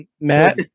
Matt